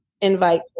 invite